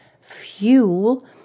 fuel